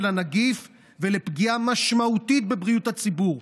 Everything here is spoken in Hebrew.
הנגיף ולפגיעה משמעותית בבריאות הציבור,